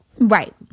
Right